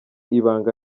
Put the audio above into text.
ibanga